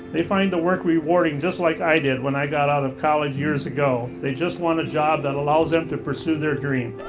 they find the work rewarding, just like i did, when i got out of college years ago. they just want a job that allows them to pursue their dream.